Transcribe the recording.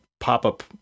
pop-up